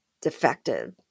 defective